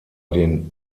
den